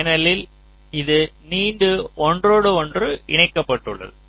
ஏனெனில் இது நீண்டு ஒன்றோடொன்று இணைக்கப்பட்டுள்ளது